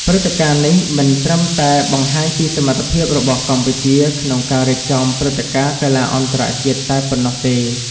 ព្រឹត្តិការណ៍នេះមិនត្រឹមតែបង្ហាញពីសមត្ថភាពរបស់កម្ពុជាក្នុងការរៀបចំព្រឹត្តិការណ៍កីឡាអន្តរជាតិតែប៉ុណ្ណោះទេ។